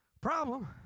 Problem